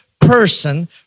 person